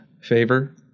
favor